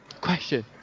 Question